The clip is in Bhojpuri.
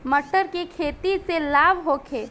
मटर के खेती से लाभ होखे?